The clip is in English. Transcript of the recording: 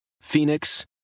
Phoenix